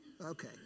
Okay